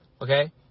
Okay